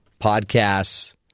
podcasts